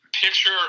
picture